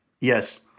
yes